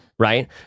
right